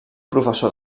professor